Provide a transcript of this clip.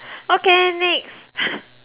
okay next